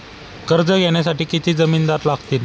कर्ज घेण्यासाठी किती जामिनदार लागतील?